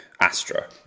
Astra